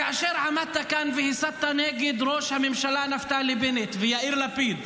כאשר עמדת כאן והסת נגד ראש הממשלה נפתלי בנט ויאיר לפיד,